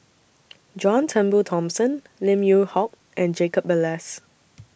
John Turnbull Thomson Lim Yew Hock and Jacob Ballas